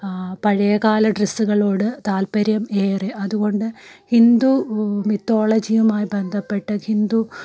പഴയകാല ഡ്രസ്സുകളോട് താല്പര്യം ഏറെ അതുകൊണ്ട് ഹിന്ദു മിത്തോളജിയുമായി ബന്ധപ്പെട്ട ഹിന്ദു